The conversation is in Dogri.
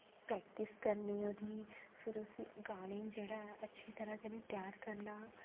प्रैक्टिस करनी ओह्दी फिर गाने दी जेह्ड़ा ऐ अच्छी तराह कन्नै तेआर करना